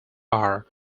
are